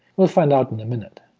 we'll find out in a minute.